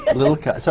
and little cut,